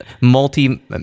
multi